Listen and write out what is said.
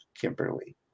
Kimberly